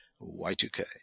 Y2K